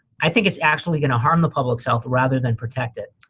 i think it's actually gonna harm the public's health rather than protect it.